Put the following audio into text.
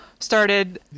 Started